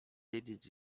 wiedzieć